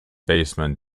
baseman